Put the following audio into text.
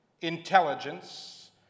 intelligence